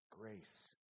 grace